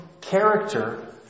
character